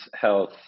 health